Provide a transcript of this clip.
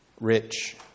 Rich